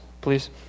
please